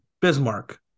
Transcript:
Bismarck